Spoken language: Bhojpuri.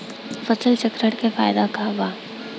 फसल चक्रण के फायदा का बा?